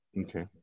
Okay